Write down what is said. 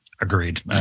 Agreed